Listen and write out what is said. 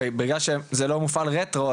הרי בגלל שזה לא מופעל רטרו,